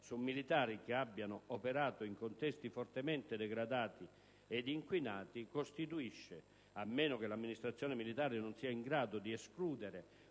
su militari che abbiano operato in contesti fortemente degradati ed inquinati costituisce, a meno che l'amministrazione militare non sia in grado di escludere